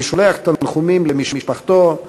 אני שולח תנחומים למשפחתו,